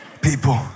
people